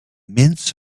mints